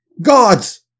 Gods